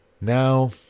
Now